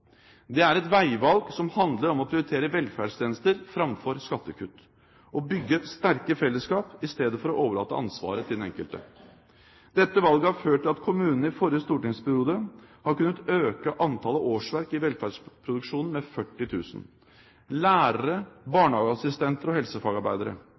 Det er et veivalg som handler om å prioritere velferdstjenester framfor skattekutt og bygge sterke fellesskap i stedet for å overlate ansvaret til den enkelte. Dette valget har ført til at kommunene i forrige stortingsperiode har kunnet øke antallet årsverk i velferdsproduksjon med 40 000: lærere,